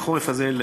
לחורף הזה,